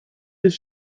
des